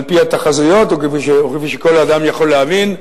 על-פי התחזיות, וכפי שכל אדם יכול להבין,